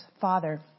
father